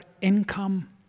income